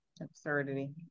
Absurdity